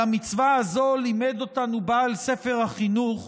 על המצווה הזאת לימד אותנו בעל ספר החינוך: